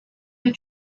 the